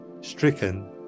stricken